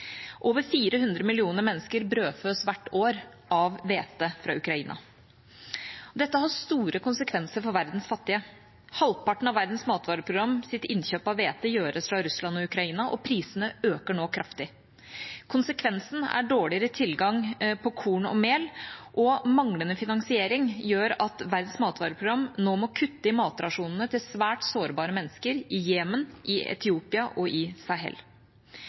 Over 400 millioner mennesker brødføs hvert år av hvete fra Ukraina. Dette har store konsekvenser for verdens fattige. Halvparten av Verdens matvareprograms innkjøp av hvete gjøres fra Russland og Ukraina, og prisene øker nå kraftig. Konsekvensen er dårligere tilgang på korn og mel, og manglende finansiering gjør at Verdens matvareprogram nå må kutte i matrasjonene til svært sårbare mennesker i Jemen, i Etiopia og i Sahel.